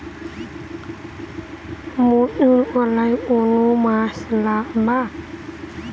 মুসুরকলাই কোন মাসে লাগাব?